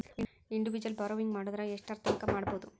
Individual borrowing ಮಾಡೊದಾರ ಯೆಷ್ಟರ್ತಂಕಾ ಮಾಡ್ಬೋದು?